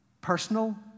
personal